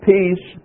Peace